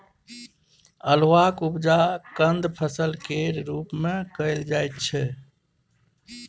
अल्हुआक उपजा कंद फसल केर रूप मे कएल जाइ छै